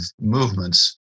movements